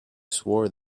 swore